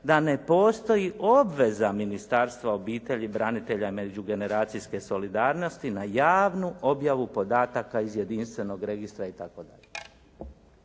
da ne postoji obveza Ministarstva obitelji, branitelja i međugeneracijske solidarnosti na javnu objavu podataka iz jedinstvenog registra" i